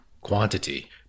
quantity